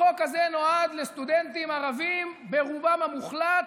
החוק הזה נועד לסטודנטים, ערבים ברובם המוחלט,